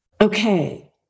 okay